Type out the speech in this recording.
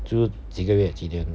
就几个月几年